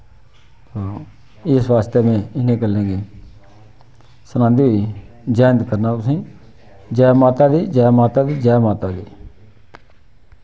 इस वास्तै में इ'नें गल्लें गी सनांदे होई जै हिंद करना तुसें ई जै माता दी जै माता दी जै माता दी